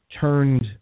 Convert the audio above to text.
turned